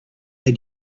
had